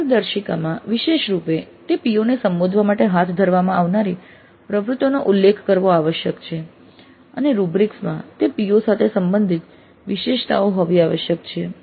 માર્ગદર્શિકામાં વિશેષ રૂપે તે PO ને સંબોધવા માટે હાથ ધરવામાં આવનારી પ્રવૃત્તિઓનો ઉલ્લેખ કરવો આવશ્યક છે અને રૂબ્રિક્સ માં તે PO સાથે સંબંધિત વિશેષતાઓ હોવી આવશ્યક છે